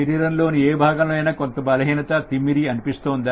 శరీరంలోని ఏదైనా భాగంలో కొంత బలహీనత లేదా తిమ్మిరి అనిపిస్తోందా